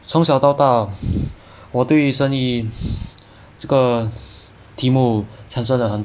从小到大我对生意这个题目产生了很